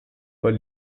poi